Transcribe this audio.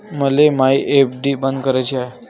मले मायी एफ.डी बंद कराची हाय